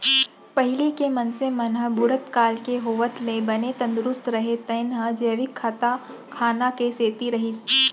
पहिली के मनसे मन ह बुढ़त काल के होवत ले बने तंदरूस्त रहें तेन ह जैविक खाना के सेती रहिस